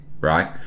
right